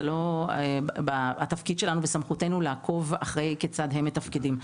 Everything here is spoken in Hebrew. זה לא התפקיד שלנו והסמכות שלנו לעקוב כיצד הם מתפקדים.